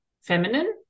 feminine